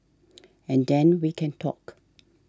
and then we can talk